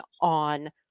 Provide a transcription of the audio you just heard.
on